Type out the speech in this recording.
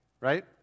right